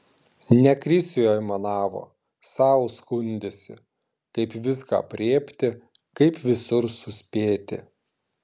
ne krisiui aimanavo sau skundėsi kaip viską aprėpti kaip visur suspėti